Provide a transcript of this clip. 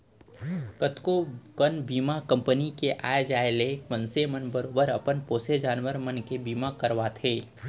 कतको कन बीमा कंपनी के आ जाय ले मनसे मन बरोबर अपन पोसे जानवर मन के बीमा करवाथें